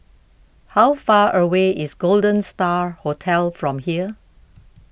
how far away is Golden Star Hotel from here